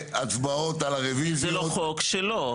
זה לא חוק שלו.